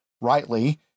rightly